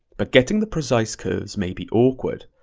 but getting the precise curves may be awkward.